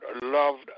loved